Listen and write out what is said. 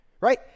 right